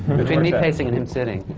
between me pacing and him sitting,